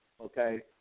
okay